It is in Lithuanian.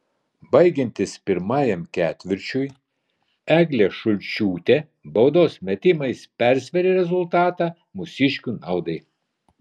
baigiantis pirmajam ketvirčiui eglė šulčiūtė baudos metimais persvėrė rezultatą mūsiškių naudai